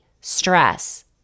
stress